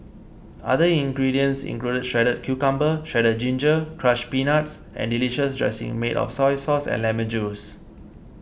other ingredients include shredded cucumber shredded ginger crushed peanuts and delicious dressing made of soy sauce and lemon juice